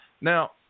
Now